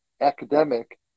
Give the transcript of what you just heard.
academic